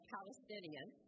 Palestinian